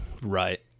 Right